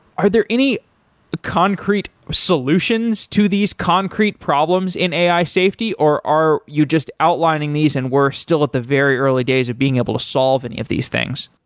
are there any concrete solutions to these concrete problems in ai safety, or are you just outlining these and we're still at the very early days of being able to solve any of these things?